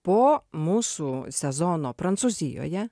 po mūsų sezono prancūzijoje